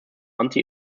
anti